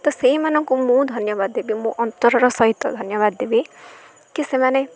ତ ସେଇମାନଙ୍କୁ ମୁଁ ଧନ୍ୟବାଦ ଦେବି ମୁଁ ଅନ୍ତରର ସହିତ ଧନ୍ୟବାଦ ଦେବି କି ସେମାନେ